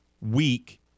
week